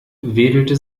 wedelte